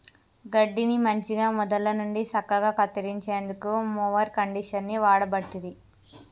గడ్డిని మంచిగ మొదళ్ళ నుండి సక్కగా కత్తిరించేందుకు మొవెర్ కండీషనర్ని వాడబట్టిరి